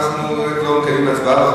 אנחנו לא מקיימים הצבעה,